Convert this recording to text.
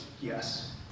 yes